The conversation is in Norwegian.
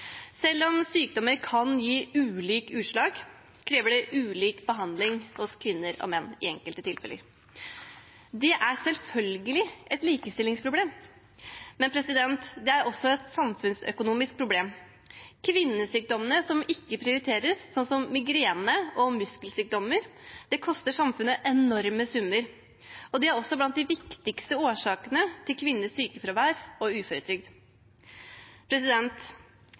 selv om sykdommer kan gi ulike utslag og i enkelte tilfeller kreve ulik behandling hos kvinner og menn. Det er selvfølgelig et likestillingsproblem, men det er også et samfunnsøkonomisk problem. Kvinnesykdommene som ikke prioriteres, som migrene og muskelsykdommer, koster samfunnet enorme summer. Det er også blant de viktigste årsakene til kvinners sykefravær og uføretrygd.